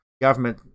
government